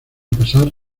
pasar